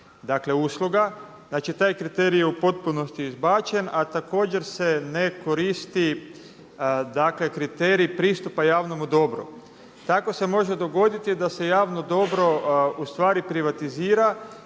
dakle usluga. Znači, taj kriterij je u potpunosti izbačen, a također se ne koristi, dakle kriterij pristupa javnomu dobru. Tako se može dogoditi da se javno dobro u stvari privatizira.